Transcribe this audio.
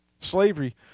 Slavery